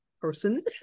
person